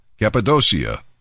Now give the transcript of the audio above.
Cappadocia